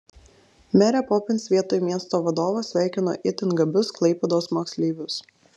merė popins vietoj miesto vadovo sveikino itin gabius klaipėdos moksleivius